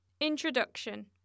introduction